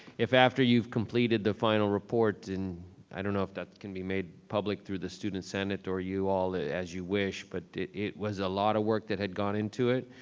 if after you've completed the final report, and i don't know if that can be made public through the student senate or you all as you wish, but it it was a lot of work that had gone into it.